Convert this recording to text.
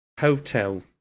hotel